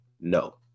No